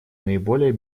наиболее